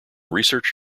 research